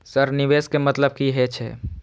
Sir निवेश के मतलब की हे छे?